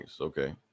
okay